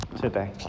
today